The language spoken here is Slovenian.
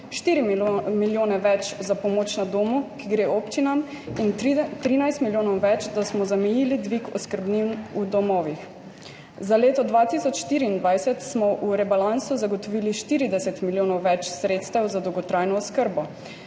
4 milijone več za pomoč na domu, ki gre občinam, in 13 milijonov več, da smo zamejili dvig oskrbnin v domovih. Za leto 2024 smo v rebalansu zagotovili 40 milijonov več sredstev za dolgotrajno oskrbo,